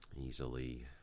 Easily